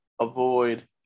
avoid